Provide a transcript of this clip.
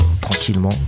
tranquillement